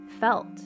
felt